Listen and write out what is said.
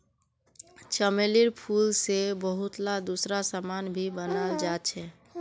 चमेलीर फूल से बहुतला दूसरा समान भी बनाल जा छे